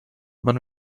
man